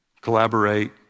collaborate